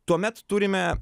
tuomet turime